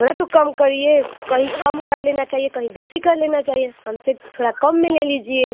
थोड़ा तो कम करिए कहीं कम कर लेना चाहिए कहीं बेसी कर लेना चाहिए हमसे थोड़ा कम में ले लीजिए